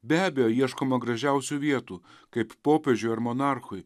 be abejo ieškoma gražiausių vietų kaip popiežiui ar monarchui